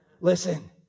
Listen